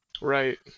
Right